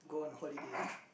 go on holiday ah